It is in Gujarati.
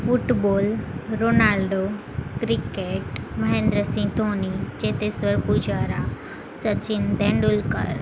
football Ronaldo cricket Mahendra Singh Dhoni Cheteshwar Pujara Sachin Tendulkar